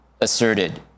asserted